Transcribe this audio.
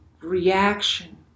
reaction